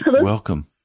Welcome